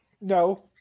No